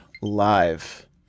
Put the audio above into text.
live